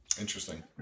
interesting